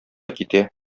китә